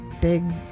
big